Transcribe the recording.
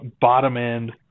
bottom-end